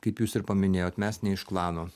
kaip jūs ir paminėjot mes ne iš klano